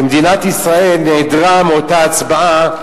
ומדינת ישראל נעדרה מאותה הצבעה,